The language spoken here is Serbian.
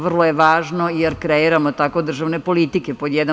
Vrlo je važno, jer kreiramo tako državne politike pod jedan.